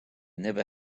never